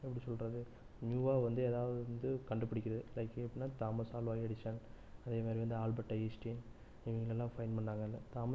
எப்படி சொல்கிறது நியூவாக வந்து ஏதாவது வந்து கண்டுபிடிக்கிறது லைக் எப்படின்னா தாமஸ் ஆல்வா எடிசன் அதே மாதிரி வந்து ஆல்பட் ஐன்ஸ்ட்டீன் இவங்களாம் ஃபைண்ட் பண்ணாங்களில்ல தாமஸ்